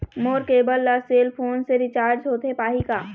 मोर cable ला cell phone से recharge होथे पाही का?